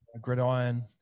gridiron